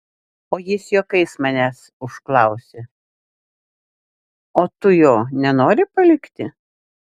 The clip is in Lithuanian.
o jis juokais manęs užklausė o tu jo nenori palikti